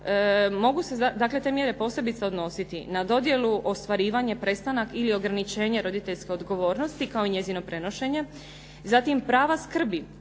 dakle te mjere posebice odnositi na dodjelu, ostvarivanje, prestanak ili ograničenje roditeljske odgovornosti kao njezino prenošenje. Zatim prava skrbi